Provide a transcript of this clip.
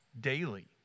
daily